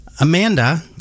Amanda